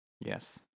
yes